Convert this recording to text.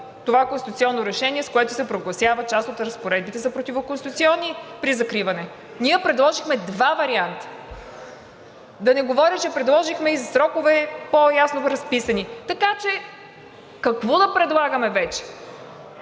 това конституционно решение, с което се прогласяват част от разпоредбите за противоконституционни при закриване. Ние предложихме два варианта, да не говорим, че предложихме и срокове, по-ясно разписани. Така че какво да предлагаме вече?